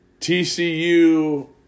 TCU